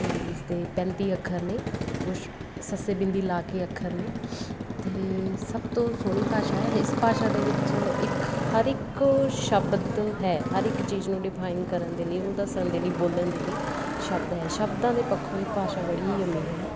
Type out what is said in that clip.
ਅਤੇ ਇਸਦੇ ਪੈਂਤੀ ਅੱਖਰ ਨੇ ਕੁਛ ਸੱਸੇ ਬਿੰਦੀ ਲਾ ਕੇ ਅੱਖਰ ਨੇ ਅਤੇ ਸਭ ਤੋਂ ਸੋਹਣੀ ਭਾਸ਼ਾ ਹੈ ਇਸ ਭਾਸ਼ਾ ਦੇ ਵਿੱਚ ਇੱਕ ਹਰ ਇੱਕ ਸ਼ਬਦ ਹੈ ਹਰ ਇੱਕ ਚੀਜ਼ ਨੂੰ ਡਿਫਾਈਨ ਕਰਨ ਦੇ ਲਈ ਉਹਨੂੰ ਦੱਸਣ ਦੇ ਲਈ ਬੋਲਣ ਦੇ ਲਈ ਸ਼ਬਦ ਹੈ ਸ਼ਬਦਾਂ ਦੇ ਪੱਖੋਂ ਇਹ ਭਾਸ਼ਾ ਬੜੀ ਹੀ ਅਮੀਰ ਹੈ